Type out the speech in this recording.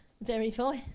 verify